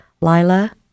lila